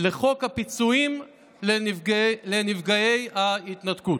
לחוק הפיצויים לנפגעי ההתנתקות.